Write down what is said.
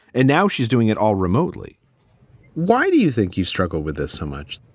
and now she's doing it all remotely why do you think you struggle with this so much?